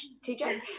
TJ